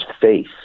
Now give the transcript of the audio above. face